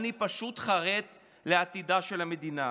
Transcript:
אני פשוט חרד לעתידה של המדינה.